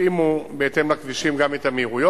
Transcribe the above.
בהתאם לכבישים גם את המהירויות.